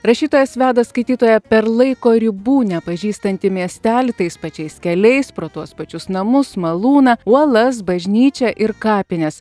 rašytojas veda skaitytoją per laiko ribų nepažįstantį miestelį tais pačiais keliais pro tuos pačius namus malūną uolas bažnyčią ir kapines